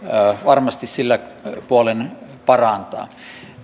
varmasti sillä puolen parantaa